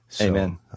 Amen